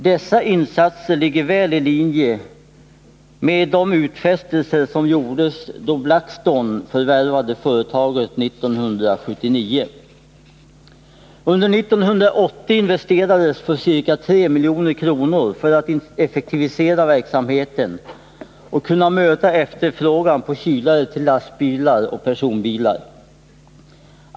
Dessa insatser ligger väl i linje med de utfästelser som gjordes då Blackstone förvärvade företaget 1979. Under 1980 investerades för ca 3 milj.kr. för att effektivisera verksamheten och kunna möta efterfrågan på kylare till lastbilar och personbilar.